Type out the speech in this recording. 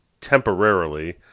temporarily